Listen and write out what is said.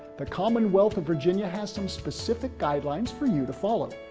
the commonwealth of virginia has some specific guidelines for you to follow.